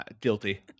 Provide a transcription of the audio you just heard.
Guilty